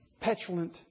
petulant